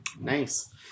Nice